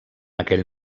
aquell